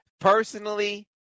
Personally